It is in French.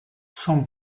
son